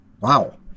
wow